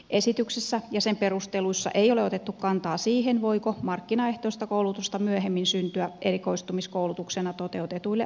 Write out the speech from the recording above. esityksessä ja sen perusteluissa ei ole otettu kantaa siihen voiko markkinaehtoista koulutusta myöhemmin syntyä erikoistumiskoulutuksena toteutetuille asiantuntijuusaloille